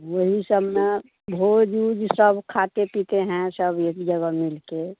यही सब में भोज उज सब खाते पीते हैं सब एक जगह मिलकर